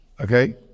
okay